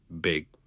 big